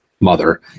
mother